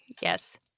Yes